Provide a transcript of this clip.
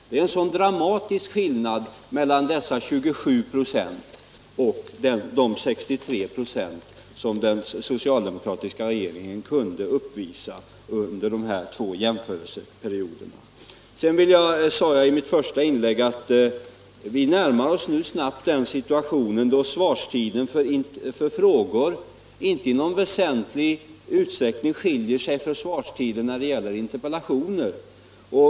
Det är en dramatisk skillnad mellan den borgerliga regeringens 27 26 och de 63 26 som den socialdemokratiska regeringen kunde uppvisa under de nämnda två jämförelseperioderna. Vidare sade jag i mitt första inlägg att vi närmar oss nu mycket snabbt den situation då svarstiden för frågor inte i någon väsentlig utsträckning skiljer sig från svarstiden när det gäller interpellationer.